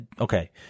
okay